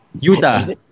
Utah